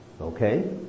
Okay